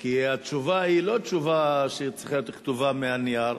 כי התשובה לא צריכה להיות כתובה, מהנייר,